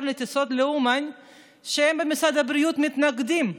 של הטיסות לאומן שהם במשרד הבריאות מתנגדים,